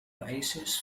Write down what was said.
oasis